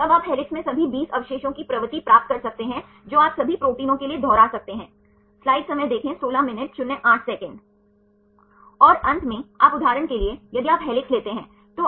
turn में acid के अवशेष आप देख सकते हैं कि प्रोलाइन वह अवशेष है जो टाइप 1 के टर्न में i 1 की स्थिति में काफी बार मौजूद होता है क्योंकि phi कोण 60 तक सीमित है